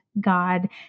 God